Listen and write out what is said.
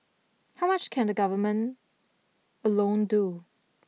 how much can the Government alone do